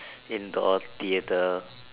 indoor theatre